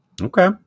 Okay